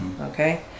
Okay